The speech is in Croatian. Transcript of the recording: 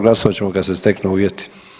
Glasovat ćemo kad se steknu uvjeti.